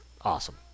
awesome